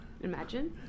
Imagine